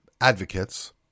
advocates